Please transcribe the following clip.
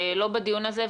לא בדיון הזה.